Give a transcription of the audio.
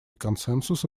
консенсуса